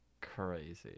crazy